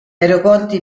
aeroporti